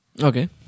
Okay